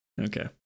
Okay